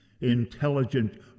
intelligent